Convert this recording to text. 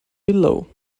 below